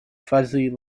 fuzzy